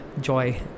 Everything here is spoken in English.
joy